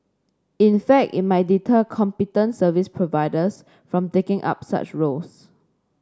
in fact it might deter competent service providers from taking up such roles